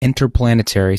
interplanetary